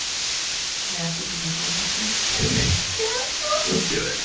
can i ask you some patreon questions? hit me. yeah let's do it.